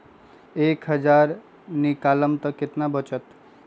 एक हज़ार निकालम त कितना वचत?